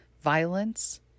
violence